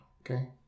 okay